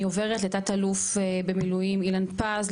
אני עוברת לתת אלוף במילואים אילן פז,